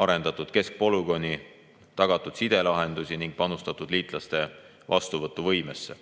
arendatud keskpolügooni, tagatud sidelahendusi ning panustatud liitlaste vastuvõtu võimesse.